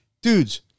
Dudes